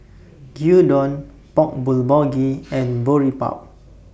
Gyudon Bang Bulgogi and Boribap